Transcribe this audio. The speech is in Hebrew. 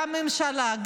גם ממשלה,